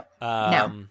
No